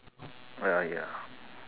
ya ya